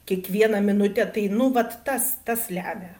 kiekvieną minutę tai nu vat tas tas lemia